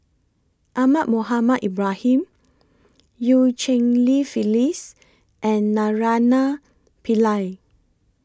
Ahmad Mohamed Ibrahim EU Cheng Li Phyllis and Naraina Pillai